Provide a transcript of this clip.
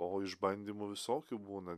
o išbandymų visokių būna